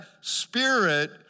spirit